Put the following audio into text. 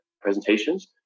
presentations